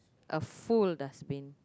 a full dustbin